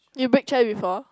you break chair before